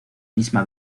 misma